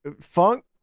funk